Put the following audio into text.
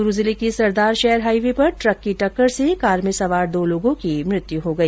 चूरू जिले के Sardarshahar highway पर ट्रक की टक्कर से कार में सवार दो लोगों की मृत्यु हो गई